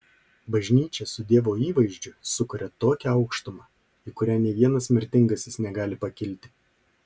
bažnyčia su dievo įvaizdžiu sukuria tokią aukštumą į kurią nė vienas mirtingasis negali pakilti